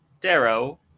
Darrow